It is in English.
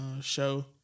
show